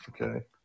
Okay